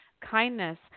kindness